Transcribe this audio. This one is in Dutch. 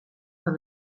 van